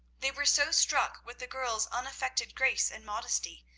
they were so struck with the girl's unaffected grace and modesty,